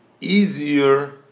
Easier